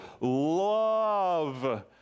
love